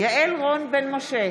יעל רון בן משה,